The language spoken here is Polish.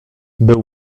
był